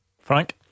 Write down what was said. Frank